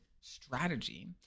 strategy